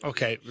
Okay